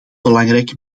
belangrijke